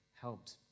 helped